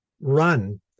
run